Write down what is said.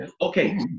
Okay